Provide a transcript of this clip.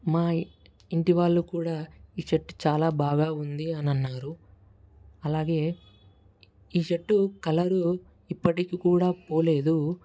మా ఇంటి వాళ్ళు కూడా ఈ షర్ట్ చాలా బాగా ఉంది అనన్నారు అలాగే ఈ షర్ట్ కలరు ఇప్పటికి కూడా పోలేదు